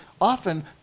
often